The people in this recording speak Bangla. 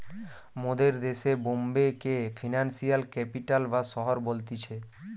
মোদের দেশে বোম্বে কে ফিনান্সিয়াল ক্যাপিটাল বা শহর বলতিছে